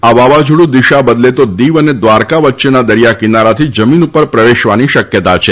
આ વાવાઝોડું દિશા બદલે તો દિવ અને દ્વારકા વચ્ચેના દરિયા કિનારાથી જમીન પર પ્રવેશવાની શક્યતા છે